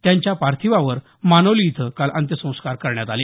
त्यांच्या पार्थिवावर मानोली इथं काल अंत्यसंस्कार करण्यात आले